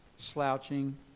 slouching